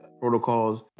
protocols